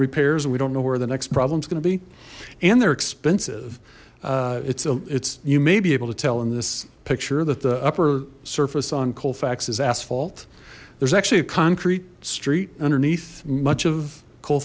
repairs and we don't know where the next problem is going to be and they're expensive it's a it's you may be able to tell in this picture that the upper surface on colfax is asphalt there's actually a concrete street underneath much of col